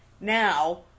Now